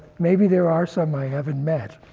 maybe there are some i haven't met,